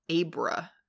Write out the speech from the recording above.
Abra